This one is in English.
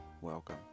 welcome